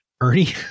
ernie